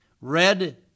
Red